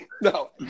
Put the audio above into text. No